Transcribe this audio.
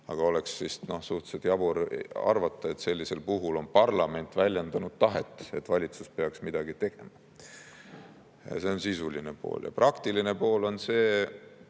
Aga oleks suhteliselt jabur arvata, et sellisel puhul on parlament väljendanud tahet, et valitsus peaks midagi tegema. See on sisuline pool. Praktiline pool on see